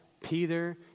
Peter